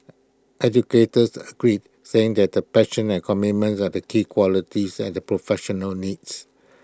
educators agreed saying that the passion and commitment are the key qualities that the professional needs